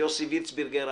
שיוסי וירצבירגר המכובד,